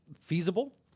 feasible